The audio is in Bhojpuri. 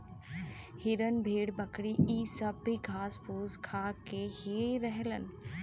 हिरन भेड़ बकरी इ सब भी घास फूस खा के ही रहलन